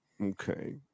okay